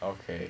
okay